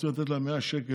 רוצים לתת להם 100 שקל,